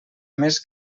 més